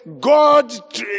God